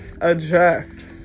adjust